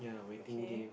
okay